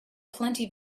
plenty